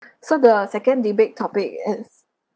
so the second debate topic is